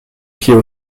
pieds